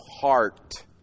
heart